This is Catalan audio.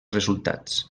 resultats